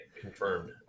confirmed